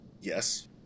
Yes